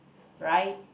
right